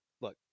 Look